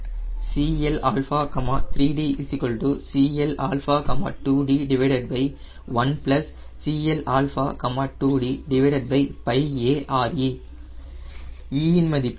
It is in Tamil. Cl 3d Cl2d 1 Cl 2dARe e இன் மதிப்பை நாம் 0